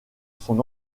son